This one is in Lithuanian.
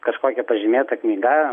kažkokia pažymėta knyga